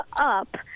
up